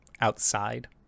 outside